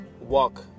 walk